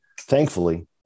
thankfully